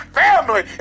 family